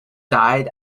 died